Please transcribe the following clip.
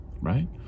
right